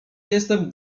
jestem